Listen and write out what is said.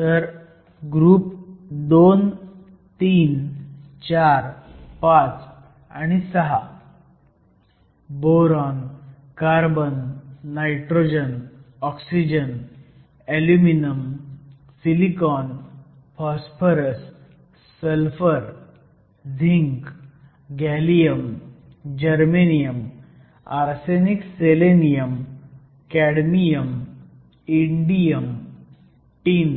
तर ग्रुप 2345 आणि 6 boron carbon nitrogen oxygen aluminium silicon phosphorus sulphur zinc gallium germanium arsenic selenium cadmium indium tin